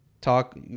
talk